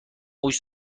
موش